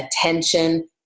attention